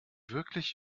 wirklich